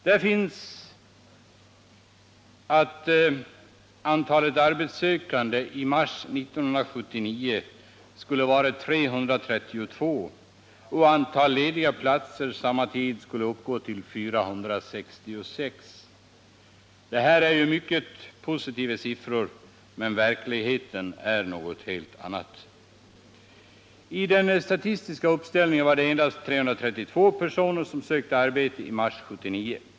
Där finner man att antalet artetssökande i mars 1979 skulle vara 332 och antalet lediga platser 466. Det är mycket positiva siffror, men verkligheten är en helt annan. Av den statistiska uppställningen framgår att endast 332 personer sökte arbete i mars 1979.